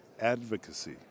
Advocacy